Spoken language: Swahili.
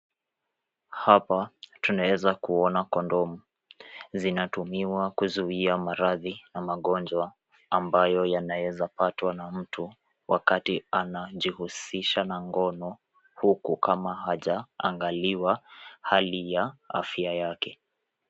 Hapa tunaweza kuona kondomu. Zinatumiwa kuzuia maradhi na magonjwa ambayo yanaweza patwa na mtu wakati anajihusisha na ngono huku kama hajaangaliwa hali ya afya yake.